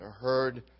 heard